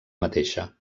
mateixa